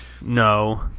No